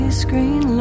screen